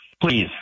Please